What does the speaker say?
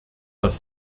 das